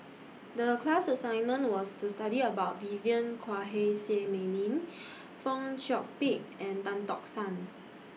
The class assignment was to study about Vivien Quahe Seah Mei Lin Fong Chong Pik and Tan Tock San